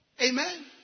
Amen